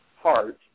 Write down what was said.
heart